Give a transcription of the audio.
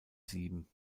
sieben